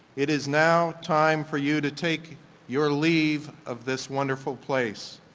it is now time for you to take your leave of this wonderful place.